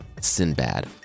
Sinbad